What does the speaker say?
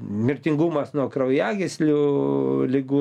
mirtingumas nuo kraujagyslių ligų